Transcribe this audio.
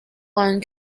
one